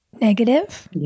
negative